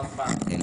אף אחד, אף פעם.